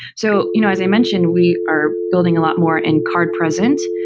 so you know as i mentioned, we are building a lot more in card-present,